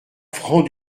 franc